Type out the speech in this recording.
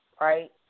right